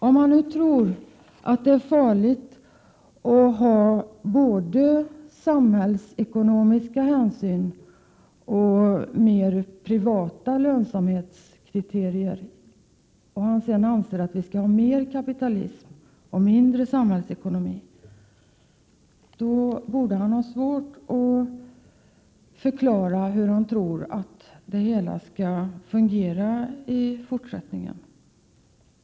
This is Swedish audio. Om han tror att det är farligt att både ta samhällsekonomiska hänsyn och ha mer privatekonomiska lönsamhetskriterier och han anser att vi skall ha mer av kapitalism och mindre av samhällsekonomi, då borde han ha svårt att förklara hur det hela skall fungera i fortsättningen.